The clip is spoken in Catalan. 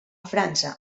frança